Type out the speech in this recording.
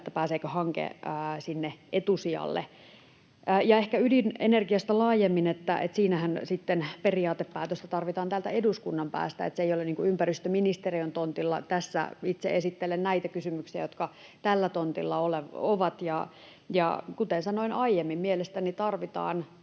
siitä, pääseekö hanke sinne etusijalle. Ja ehkä ydinenergiasta laajemmin: Siinähän sitten periaatepäätöstä tarvitaan täältä eduskunnan päästä, eli se ei ole ympäristöministeriön tontilla. Tässä itse esittelen näitä kysymyksiä, jotka tällä tontilla ovat. Kuten sanoin aiemmin, mielestäni tarvitaan